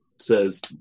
says